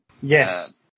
Yes